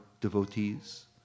devotees